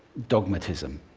dogmatism.